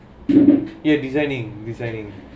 you're designing designing